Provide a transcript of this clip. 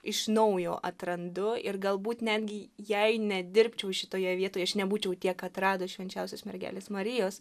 iš naujo atrandu ir galbūt netgi jei nedirbčiau šitoje vietoje aš nebūčiau tiek atradus švenčiausios mergelės marijos